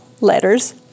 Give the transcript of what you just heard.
letters